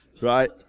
right